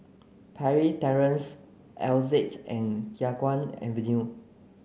Parry Terrace Altez and Khiang Guan Avenue